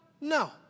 No